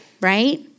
right